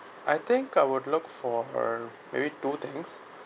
I think I would look for err maybe two things